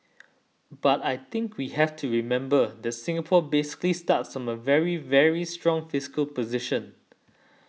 but I think we have to remember that Singapore basically starts from a very very strong fiscal position